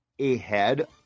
ahead